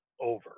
over